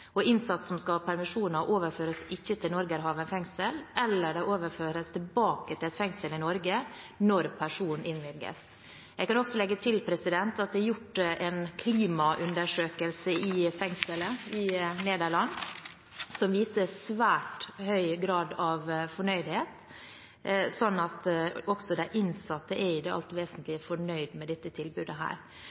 som skal ha permisjoner, overføres ikke til Norgerhaven fengsel, eller de overføres tilbake til et fengsel i Norge når permisjon innvilges. Jeg kan legge til at det er gjort en klimaundersøkelse i fengslet i Nederland som viser svært høy grad av fornøydhet. Så også de innsatte er i dag vesentlig fornøyd med dette tilbudet.